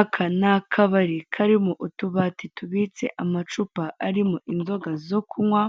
Aka ni akabari karimo utubati tubitse amacupa arimo inzoga zo kunywa,